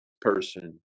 person